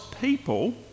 people